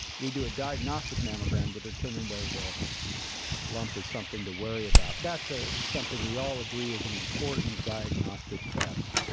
we do a diagnostic mammogram to determine whether the lump is something to worry about. that's ah something we all agree is an important diagnostic test.